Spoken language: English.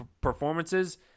performances